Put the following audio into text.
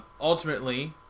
Ultimately